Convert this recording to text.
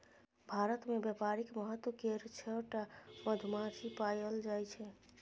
भारत मे बेपारिक महत्व केर छअ टा मधुमाछी पएल जाइ छै